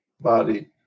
body